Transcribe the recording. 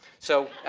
so